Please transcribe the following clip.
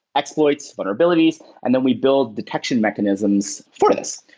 exploits, vulnerabilities, and then we build detection mechanisms for this.